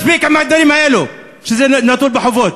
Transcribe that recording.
מספיק עם הדברים האלה, שזה נתון לחובות.